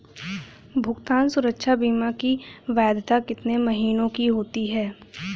भुगतान सुरक्षा बीमा की वैधता कितने महीनों की होती है?